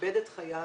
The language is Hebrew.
איבד את חייו